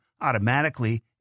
automatically